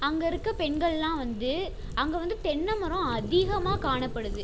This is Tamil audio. அங்கே இருக்கற பெண்களெல்லாம் வந்து அங்கே வந்து தென்னை மரம் அதிகமாக காணப்படுது